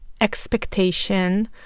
expectation